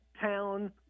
town